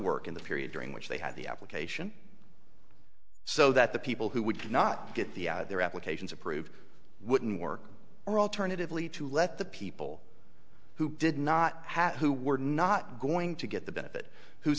work in the period during which they had the application so that the people who would not get the their applications approved wouldn't work or alternatively to let the people who did not have who were not going to get the benefit who